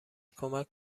کمک